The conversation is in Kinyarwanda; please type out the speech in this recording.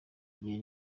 igihe